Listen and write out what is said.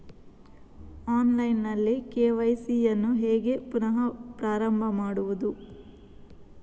Online ನಲ್ಲಿ KYC ಯನ್ನು ಹೇಗೆ ಪುನಃ ಪ್ರಾರಂಭ ಮಾಡುವುದು?